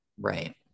Right